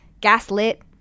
Gaslit